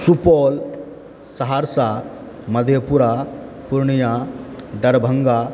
Supaul Saharsa Madhepura Purnia Darbhanga